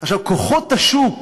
כוחות השוק